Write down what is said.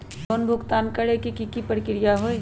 Loan भुगतान करे के की की प्रक्रिया होई?